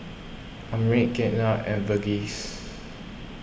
Amit Ketna and Verghese